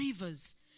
rivers